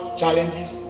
challenges